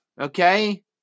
Okay